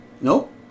nope